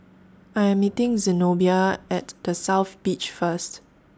I Am meeting Zenobia At The South Beach First